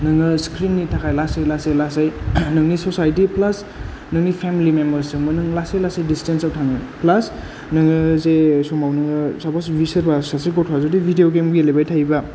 नोङो स्क्रिन नि थाखाय लासै लासै लासै नोंनि ससायटि प्लास नोंनि फेमिलि मेम्बार्स जोंबो नों लासै लासै डिस्टेन्साव थाङो प्लास नोङो जे समाव नोङो सापज बि सोरबा सासे गथ'वा जुदि भिदिय' गेम गेलेबाय थायोबा